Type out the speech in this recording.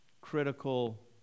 critical